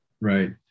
Right